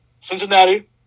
Cincinnati